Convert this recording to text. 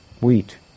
wheat